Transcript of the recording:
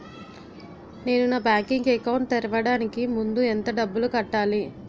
నేను నా bank account తెరవడానికి ముందు ఎంత డబ్బులు కట్టాలి?